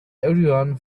everyone